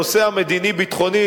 הנושא המדיני-ביטחוני,